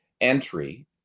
entry